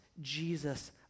Jesus